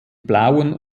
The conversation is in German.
blauen